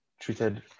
treated